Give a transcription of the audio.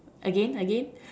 again again